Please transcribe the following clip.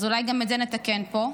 אז אולי גם את זה נתקן פה,